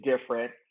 different